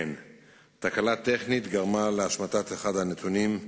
תחולת ההנחיה תהיה ממועד ב' השנה.